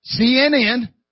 CNN